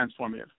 transformative